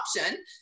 option